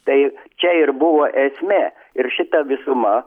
tai čia ir buvo esmė ir šita visuma